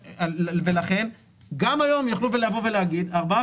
ולכן גם היום יכלו לבוא ולהגיד שארבעה